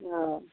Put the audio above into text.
ओ